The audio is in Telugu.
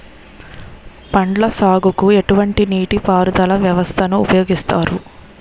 పండ్ల సాగుకు ఎటువంటి నీటి పారుదల వ్యవస్థను ఉపయోగిస్తారు?